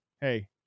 hey